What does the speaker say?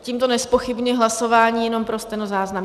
Tímto nezpochybňuji hlasování, jenom pro stenozáznam.